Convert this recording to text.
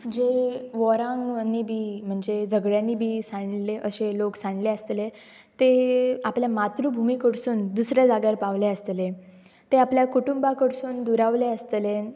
जे वॉरांनी बी म्हणजे झगड्यांनी बी सांडले अशे लोक सांडले आसतले ते आपल्या मातृभुमी कडसून दुसऱ्या जाग्यार पावले आसतले ते आपल्या कुटुंबा कडसून दुरावले आसतले